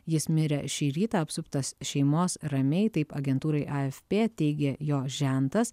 jis mirė šį rytą apsuptas šeimos ramiai taip agentūrai afp teigė jo žentas